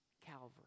Calvary